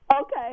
Okay